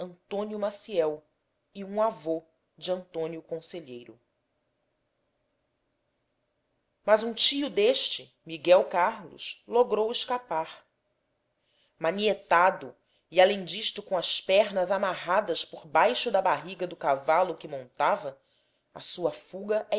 antônio maciel e um avô de ntônio onselheiro as um tio deste miguel carlos logrou escapar manietado e além disto com as pernas amarradas por baixo da barriga do cavalo que montava a sua fuga